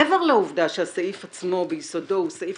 מעבר לעובדה שהסעיף עצמו ביסודו הוא סעיף